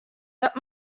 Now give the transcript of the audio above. dat